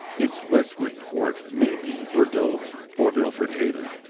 its westward port may be bordeaux or milford haven,